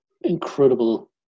incredible